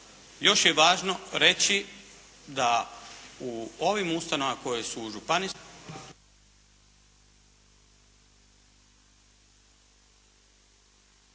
još je važno reći da u ovim ustanovama koje su u županijskim